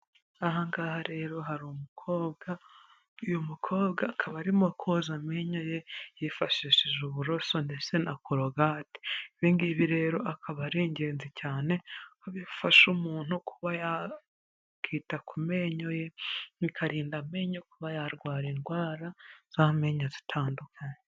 Aha ngaha rero hari umukobwa, uyu mukobwa akaba arimo koza amenyo ye, yifashishije uburoso ndetse na kologate, ibi ngibi rero akaba ari ingenzi cyane, ko bifasha umuntu kuba yakita ku menyo ye, bikarinda amenyo kuba yarwara indwara z'amenyo zitandukanye.